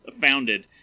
founded